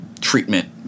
treatment